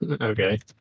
Okay